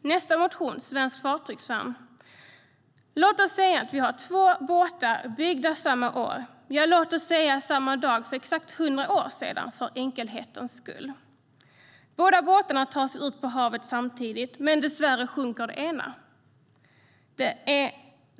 Nästa motion handlar om svenskt fartygsvärn. Låt oss säga att vi har två båtar byggda samma år, ja, låt oss säga samma dag för exakt 100 år sedan, för enkelhets skull. Båda båtarna tar sig ut på havet samtidigt, men dessvärre sjunker den ena.